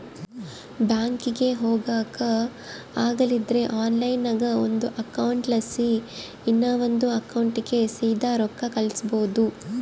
ಬ್ಯಾಂಕಿಗೆ ಹೊಗಾಕ ಆಗಲಿಲ್ದ್ರ ಆನ್ಲೈನ್ನಾಗ ಒಂದು ಅಕೌಂಟ್ಲಾಸಿ ಇನವಂದ್ ಅಕೌಂಟಿಗೆ ಸೀದಾ ರೊಕ್ಕ ಕಳಿಸ್ಬೋದು